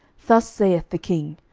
thus saith the king,